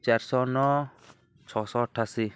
ଚାରିଶହ ନଅ ଛଅଶହ ଅଠାଅଶୀ